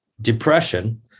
depression